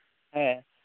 ᱦᱮᱸ